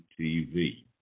TV